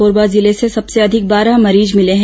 कोरबा जिले से सबसे अधिक बारह मरीज मिले हैं